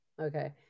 Okay